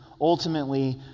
ultimately